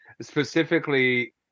specifically